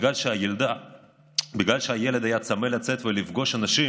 ובגלל שהילד היה צמא לצאת ולפגוש אנשים,